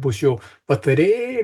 bus jo patarėjai